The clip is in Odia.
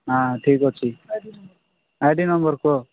ହାଁ ଠିକ୍ ଅଛି ଆଇ ଡ଼ି ନମ୍ବର୍ କୁହ